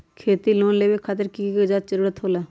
खेती लोन लेबे खातिर की की कागजात के जरूरत होला?